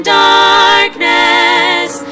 darkness